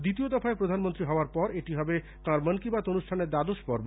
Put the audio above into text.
দ্বিতীয় দফায় প্রধানমন্ত্রী হওয়ার পর এটি হবে তাঁর মন কি বাত অনুষ্ঠানের দ্বাদশ পর্ব